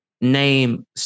name